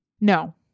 No